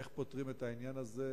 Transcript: איך פותרים את הבעיה הזאת?